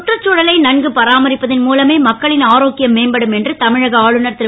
சுற்றுச்சூழலை நன்கு பராமரிப்பதன் மூலமே மக்களின் ஆரோக்கியம் மேம்படும் என்று தமிழக ஆளுநர் ரு